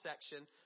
section